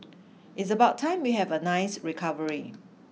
it's about time we have a nice recovery